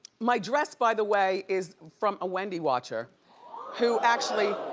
my dress, by the way, is from a wendy watcher who actually